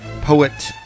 poet